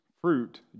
fruit